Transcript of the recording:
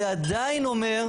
זה עדיין אומר,